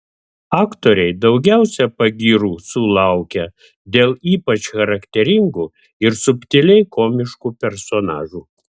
aktoriai daugiausiai pagyrų sulaukia dėl ypač charakteringų ir subtiliai komiškų personažų